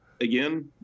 again